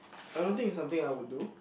I don't think it's something I would do